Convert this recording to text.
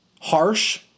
harsh